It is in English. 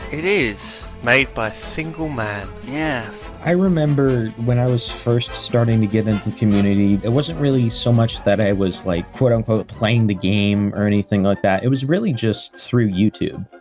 it is! made by a single man. yes. i remember when i was first starting to get into the community, it wasn't really so much that i was like playing the game or anything like that, it was really just through youtube.